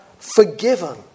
forgiven